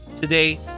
Today